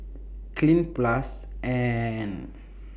Cleanz Plus and